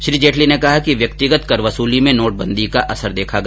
श्री जेटली ने कहा कि व्यक्तिगत कर वसूली में नोटबंदी का असर देखा गया